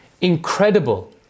incredible